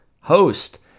host